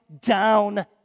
down